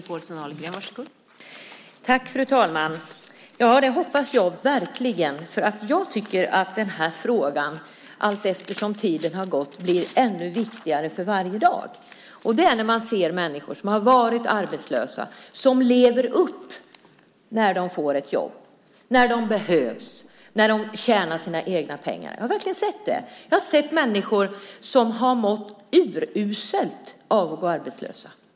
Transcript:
Fru talman! Det hoppas jag verkligen. Jag tycker att den här frågan blir viktigare för varje dag som går. Jag har sett människor som har varit arbetslösa och som lever upp när de får ett jobb, när de behövs och tjänar egna pengar. Jag har sett människor som har mått uruselt av att gå arbetslösa.